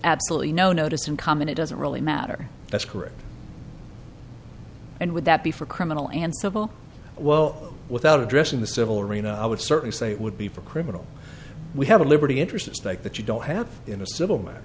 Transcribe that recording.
absolutely no notice and comment it doesn't really matter that's correct and would that be for criminal and civil well without addressing the civil arena i would certainly say it would be for criminal we have a liberty interest at stake that you don't have in a civil ma